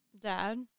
Dad